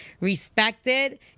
respected